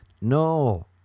No